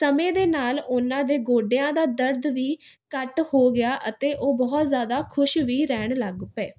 ਸਮੇਂ ਦੇ ਨਾਲ ਉਹਨਾਂ ਦੇ ਗੋਡਿਆਂ ਦਾ ਦਰਦ ਵੀ ਘੱਟ ਹੋ ਗਿਆ ਅਤੇ ਉਹ ਬਹੁਤ ਜ਼ਿਆਦਾ ਖੁਸ਼ ਵੀ ਰਹਿਣ ਲੱਗ ਪਏ